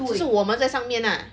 就是我们在上面 lah